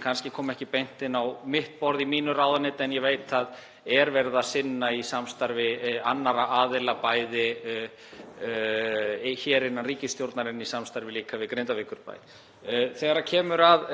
kannski kemur ekki beint inn á mitt borð í mínu ráðuneyti en ég veit að er verið að sinna í samstarfi annarra aðila, bæði innan ríkisstjórnarinnar en líka í samstarfi við Grindavíkurbæ. Þegar kemur að